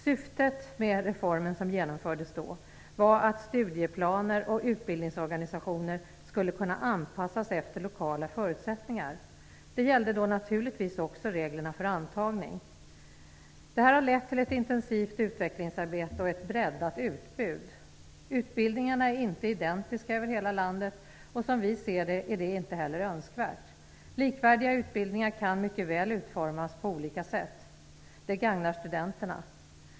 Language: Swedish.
Syftet med reformen var att studieplaner och utbildningsorganisationer skulle kunna anpassas efter lokala förutsättningar. Det gällde då naturligtvis också reglerna för antagning. Det har lett till ett intensivt utvecklingsarbete och ett breddat utbud. Utbildningarna är inte identiska över hela landet, och som vi ser är det inte heller önskvärt. Likvärdiga utbildningar kan mycket väl utformas på olika sätt. Det gagnar studenterna.